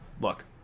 look